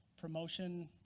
promotion